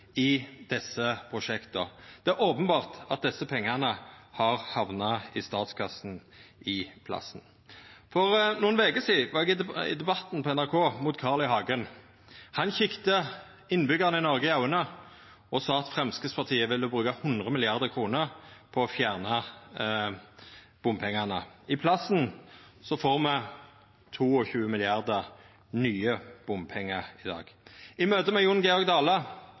i desse prosjekta. Det er openbert at desse pengane har hamna i statskassa i staden. For nokre veker sidan var eg i Debatten på NRK mot Carl I. Hagen. Han kika innbyggjarane i Noreg i auga og sa at Framstegspartiet ville bruka 100 mrd. kr på å fjerna bompengane. I staden får me 22 mrd. kr nye bompengar i dag. I møte med Jon Georg Dale